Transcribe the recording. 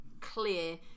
clear